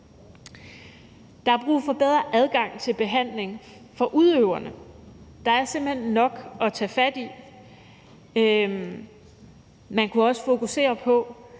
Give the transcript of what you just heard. Der er brug for bedre adgang til behandling for udøverne. Der er simpelt hen nok at tage fat på. Man kunne også fokusere på